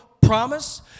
promise